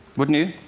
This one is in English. wouldn't you?